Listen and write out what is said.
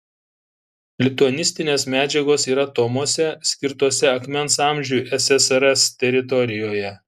lituanistinės medžiagos yra tomuose skirtuose akmens amžiui ssrs teritorijoje